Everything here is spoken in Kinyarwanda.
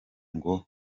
ngo